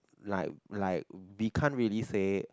like like we can't really save